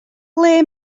ble